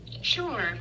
Sure